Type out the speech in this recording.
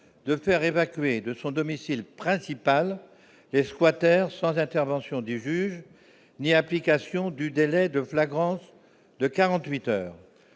de faire évacuer de son domicile principal les squatter sans intervention du juge ni application du délai de flagrance de 48 heures